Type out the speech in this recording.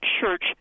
Church